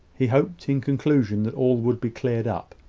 he hoped, in conclusion, that all would be cleared up,